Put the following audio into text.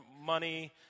money